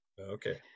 okay